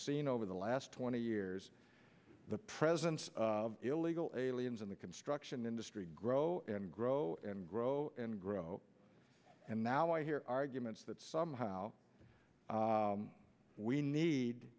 seen over the last twenty years the presence illegal aliens in the can strike industry grow and grow and grow and grow and now i hear arguments that somehow we need